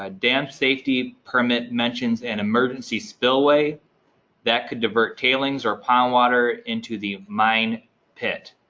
ah dam safety permit mentions an emergency spillway that could divert tailings or pond water into the mine pit.